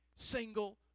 single